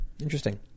Interesting